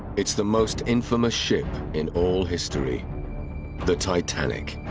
it's the most infamous ship in all history the titanic.